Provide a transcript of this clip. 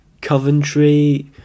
Coventry